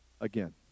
again